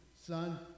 Son